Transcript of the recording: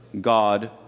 God